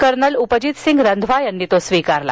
colonel Upjeet Singh Randhawa यांनी तो स्वीकारला